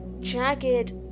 jagged